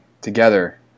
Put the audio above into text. together